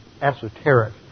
esoteric